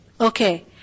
Okay